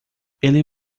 ele